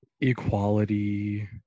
equality